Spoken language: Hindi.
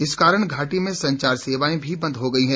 इस कारण घाटी में संचार सेवाएं भी बंद हो गई हैं